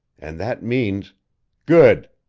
and that means good!